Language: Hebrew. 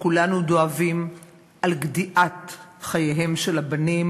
כולנו דואבים על גדיעת חייהם של הבנים